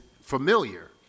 familiar